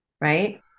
right